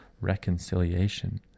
reconciliation